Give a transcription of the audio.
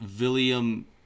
William